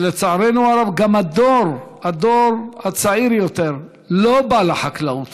ולצערנו הרב, גם הדור הצעיר יותר לא בא לחקלאות.